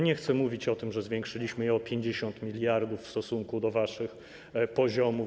Nie chcę mówić o tym, że zwiększyliśmy je o 50 mld zł w stosunku do waszych poziomów.